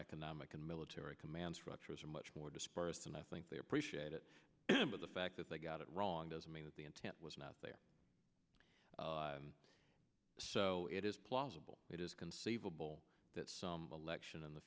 economic and military command structure is much more dispersed and i think they appreciate it remember the fact that they got it wrong doesn't mean that the intent was not there so it is plausible it is conceivable that somebody lection in the